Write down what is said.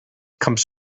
comes